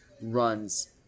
runs